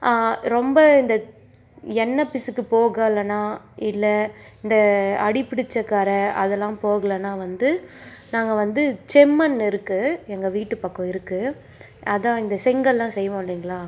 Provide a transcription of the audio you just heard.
ரொம்ப இந்த எண்ணெய் பிசுக்கு போகலைனா இல்லை இந்த அடி பிடிச்ச கறை அதெல்லாம் போகலைனா வந்து நாங்கள் வந்து செம்மண் இருக்குது எங்கள் வீட்டு பக்கம் இருக்குது அதுதான் இந்த செங்கலெலாம் செய்வோம் இல்லைங்களா